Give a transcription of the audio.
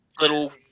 little